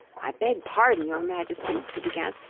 i beg pardon, your majesty he began,